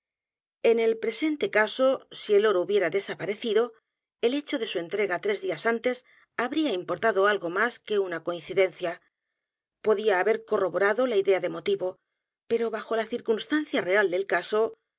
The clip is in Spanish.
en el presente caso si el oro hubiera desaparecido el hecho de su entrega t r e s días antes habría importado algo más que una coincidencia podía haber corroborado la idea de motivo p e r o bajo la circunstancia real del caso